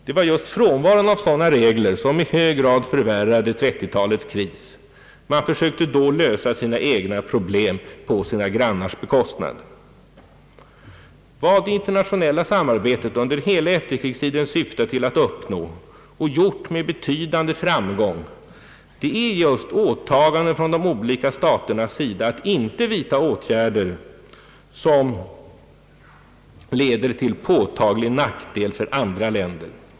Det var just frånvaron av sådana regler som i hög grad förvärrade 1930-talets kris — man försökte då lösa sina egna problem på sina grannars bekostnad. Vad det internationella samarbetet under hela efterkrigstiden syftat till att uppnå, och gjort med betydande framgång, är just åtaganden från de olika staternas sida att inte vidta åtgärder som leder till påtaglig nackdel för andra länder.